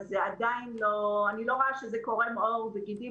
אבל בשלב הזה אני לא רואה שזה קורם עור וגידים,